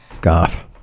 goth